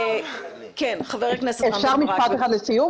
אפשר משפט אחד לסיום?